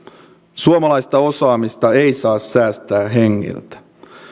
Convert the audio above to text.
suomalaista osaamista ei saa säästää hengiltä